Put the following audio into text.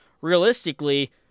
Realistically